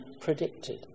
predicted